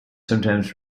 sometimes